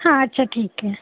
हां अच्छा ठीक आहे